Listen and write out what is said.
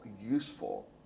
useful